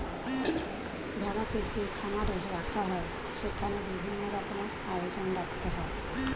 ভেড়াকে যে খামারে রাখা হয় সেখানে বিভিন্ন রকমের আয়োজন রাখতে হয়